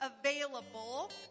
available